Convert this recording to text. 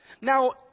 Now